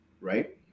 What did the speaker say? right